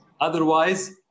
Otherwise